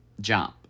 jump